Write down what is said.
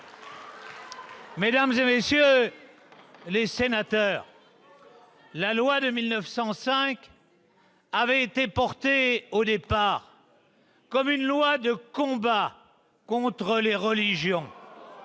Mesdames, messieurs les sénateurs, la loi de 1905 avait initialement été portée comme une loi de combat contre les religions.